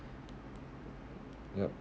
yup